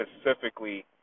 specifically